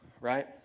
right